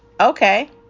Okay